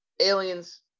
aliens